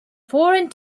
foreign